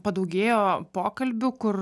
padaugėjo pokalbių kur